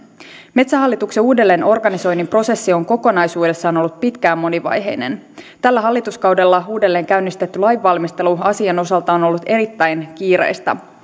metsähallituksen uudelleenorganisoinnin prosessi on kokonaisuudessaan ollut pitkään monivaiheinen tällä hallituskaudella uudelleen käynnistetty lainvalmistelu asian osalta on ollut erittäin kiireistä